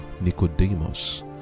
Nicodemus